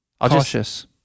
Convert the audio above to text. Cautious